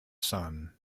sun